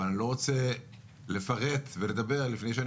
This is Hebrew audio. אבל אני לא רוצה לפרט ולדבר לפני שאני